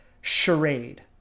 charade